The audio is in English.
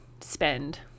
spend